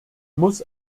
muss